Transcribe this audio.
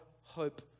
hope